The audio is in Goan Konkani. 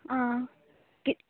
आं कि